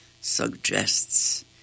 suggests